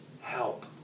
help